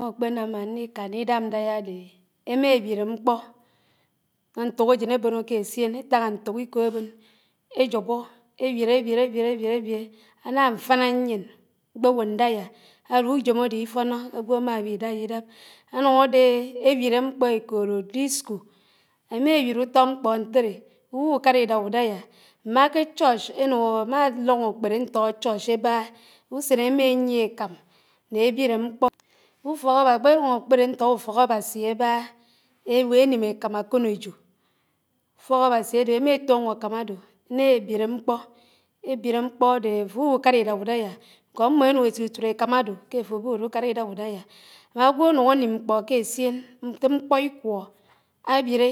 Mkpó ákpènàm má ñdikánà idáb ñdàyá àdè èmá éwirè mkpó, ntókájén ébónó k'éssién étáná ñtók ikò ébón, éjóbó, éwirè éwiré ewirè èwirè ewiré, àná mfàná ñyién mkpáwò ñdáyà, álú újòm ádè ifónó ágwo àmá wi dàyà idàb, ánúñ ádé éwirè mkpó ékóró disco, èmá éwirè úfó mkpí ñtéré, ùwúkárá idáb údáyá àkpèrùñ ákpéré ñtó úfókábási ábáhá, éwó énún ákàm àkónòjó, úfókáwási ádé émá éfónó ákám ádó éná ébiré mkpó, ébiré mkpó ádé áfó úwúkárá idàb údàyá, ñkó ammo énúñ étutúré ákám àdó ké àfó búdúkárá idàb údàyá. Ágwó ánún ánún mkpó k'essién, ñté mkpó ikwó, àwiré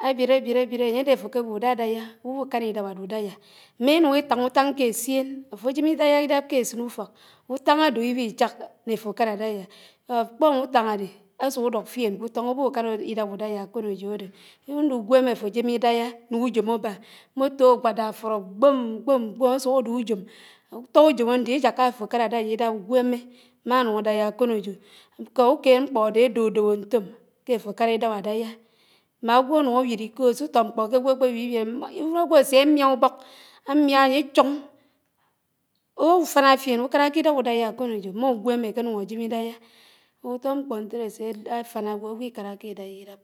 áwiré àwirè áwirè, ányèdé áfó kéwúdádáyá úwúkán idáb ádúdáyá. Mmè ènún éfàn úfáñ k'éssién áfó jém ídàyá ídáb késit ùfók, úfáñ àdè àsùk ùdùk fién k'ùtóñ ùbùkán ídàb údáyà ákónòjó àdó, eventhough úgwémé àfó éjèmè idàyá n‘újòm ábá, moto ágwadá fúró kpóm kpóm kpóm àsúk ád'ùjém, útó újóm ándé ijáká áfó kárá dáyá idáb úgwémé mánúñ ádáyà ákónójó, nkó úkéd mkpó ádé àdódóbó ñtóm ké áfó ákárá ídáb ádáyá, mnà ágwó ánúñ áwiré íkó sútó mkpó ké àgwó àkpé wiwiré ágwó àsémià úbók, ámiá ányè chóñ, úfàná fién úkárà idáb údáyá ákónójó m'ùgwèmè àkénúñ àjém idàyá, ùtó mkpó ñtéré ásé fáná ágwó ágwò ikárákè idáyá idáb